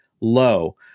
low